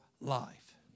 life